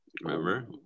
Remember